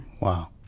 Wow